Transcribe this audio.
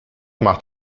macht